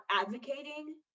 advocating